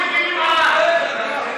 שהיה ערפאת.